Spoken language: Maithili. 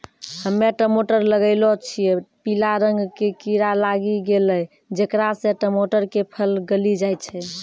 हम्मे टमाटर लगैलो छियै पीला रंग के कीड़ा लागी गैलै जेकरा से टमाटर के फल गली जाय छै?